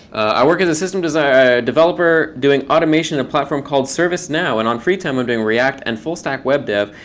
i work as a system developer doing automation on a platform called service now. and on free time, i'm doing react and full-stack web dev.